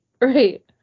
right